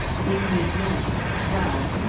being made known, dwells,